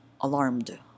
alarmed